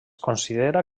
considera